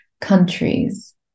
countries